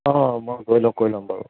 অঁ মই গৈ লগ কৰি ল'ম বাৰু